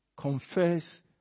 Confess